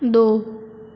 दौ